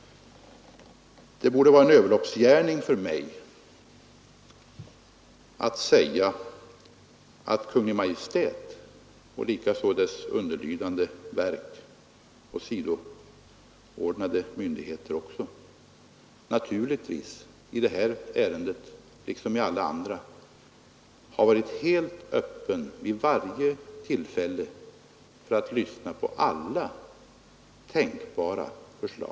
Det borde vara en överloppsgärning för mig att säga att Kungl. Maj:t och underlydande verk och sidoordnade myndigheter i det här ärendet liksom i alla andra har varit helt öppna vid varje tillfälle för att lyssna till alla tänkbara förslag.